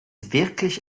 wirklich